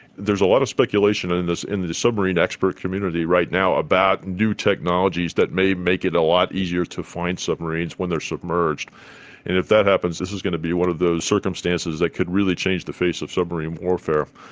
there's a lot of speculation and in the the submarine expert community right now about new technologies that may make it a lot easier to find submarines when they are submerged. and if that happens this is going to be one of those circumstances that could really change the face of submarine warfare.